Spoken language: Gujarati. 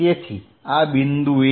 તેથી આ બિંદુએ